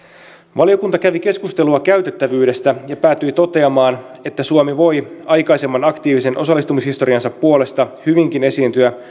valiokunta kävi keskustelua käytettävyydestä ja päätyi toteamaan että suomi voi aikaisemman aktiivisen osallistumishistoriansa puolesta hyvinkin esiintyä